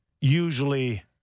usually